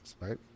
right